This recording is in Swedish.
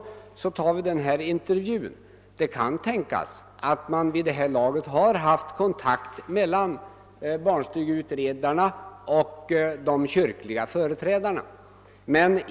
Beträffande intervjun kan det tänkas att man vid det här laget har haft kontakter mellan barnstugeutredarna och de kyrkliga företrädarna.